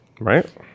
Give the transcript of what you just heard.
Right